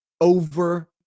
over